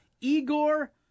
Igor